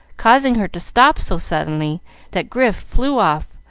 causing her to stop so suddenly that grif flew off,